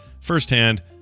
firsthand